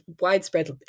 widespread